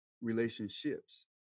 relationships